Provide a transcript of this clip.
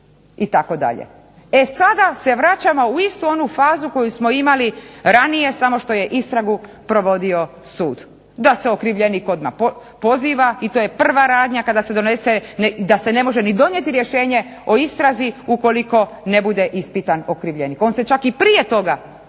itd. E sada se vraćamo u istu onu fazu koju smo imali ranije samo što je istragu provodio sud, da se okrivljenik odmah poziva i to je prva radnja kada se donese i da se ne može donijeti rješenje o istrazi ukoliko ne bude ispitan okrivljenik. On se čak i prije toga pozivao